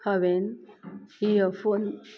हांवें इयरफोन